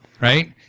right